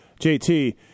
JT